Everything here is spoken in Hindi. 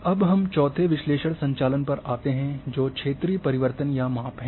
अब हम चौथे विश्लेषण संचालन पर आते हैं जो क्षेत्रीय परिवर्तन या माप हैं